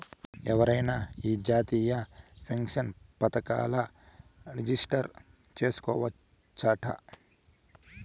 ఎవరైనా ఈ జాతీయ పెన్సన్ పదకంల రిజిస్టర్ చేసుకోవచ్చట